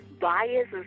Bias